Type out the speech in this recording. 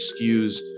skews